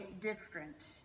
different